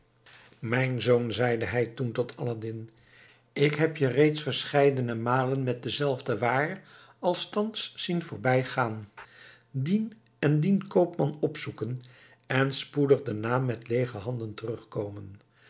mijn zoon zeide hij toen tot aladdin ik heb je reeds verscheidene malen met dezelfde waar als thans zien voorbijgaan dien en dien koopman opzoeken en spoedig daarna met leege handen terugkomen